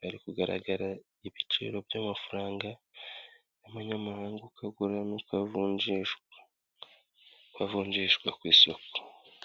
hari kugaragara ibiciro by'amafaranga y'amanyamahanga uko agura nuko avungishwa, uko avunjishwa ku isoko.